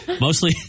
Mostly